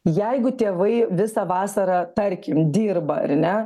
jeigu tėvai visą vasarą tarkim dirba ar ne